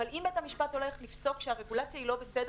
אבל אם בית המשפט הולך לפסוק שהרגולציה היא לא בסדר,